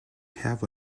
have